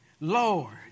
Lord